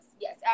Yes